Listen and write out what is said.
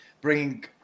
bringing